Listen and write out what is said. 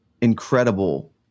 incredible